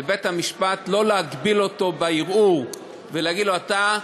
לא להגביל אותו בערעור ולהגיד לו: אתה,